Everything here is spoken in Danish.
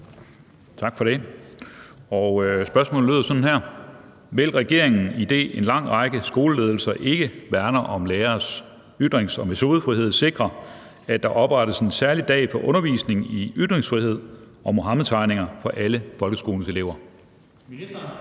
Skaarup (DF): Spørgsmålet lyder sådan her: Vil regeringen – idet en lang række skoleledelser ikke værner om læreres ytrings- og metodefrihed – sikre, at der oprettes en særlig dag for undervisning i ytringsfrihed og Muhammedtegninger for alle folkeskolens elever?